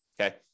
Okay